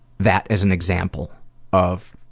that as an example of